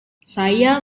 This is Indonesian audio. saya